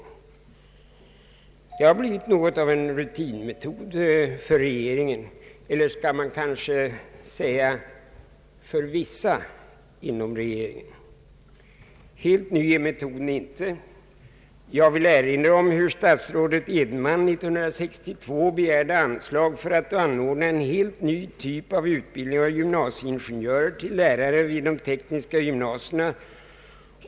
Detta har blivit något av en rutinmetod för regeringen, eller skall man kanske säga för vissa regeringsmedlemmar. Helt ny är metoden dock inte. Jag vill erinra om att statsrådet Edenman år 1962 begärde ett anslag för att få anordna en helt ny typ av utbildning av gymnasieingenjörer till lärare vid de tekniska gymnasierna.